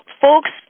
folks